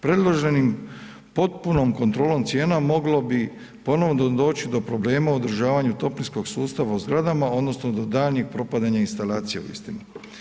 Predloženom potpunom kontrolom cijena, moglo bi ponovno doći do problema u održavanju toplinskog sustava u zgradama odnosno do daljnjeg propadanja instalacija u istima.